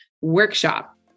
workshop